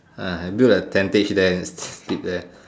ah I build a tentage there sleep there